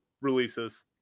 releases